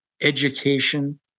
education